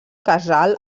casal